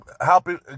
helping